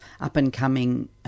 up-and-coming